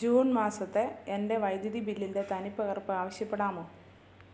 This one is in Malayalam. ജൂൺ മാസത്തെ എൻ്റെ വൈദ്യുതി ബില്ലിൻ്റെ തനിപ്പകർപ്പ് ആവശ്യപ്പെടാമോ